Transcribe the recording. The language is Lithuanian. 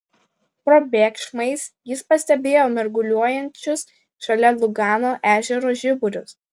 probėgšmais jis pastebėjo mirguliuojančius šalia lugano ežero žiburius